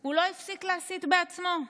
הוא לא הפסיק להסית בעצמו.